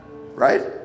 Right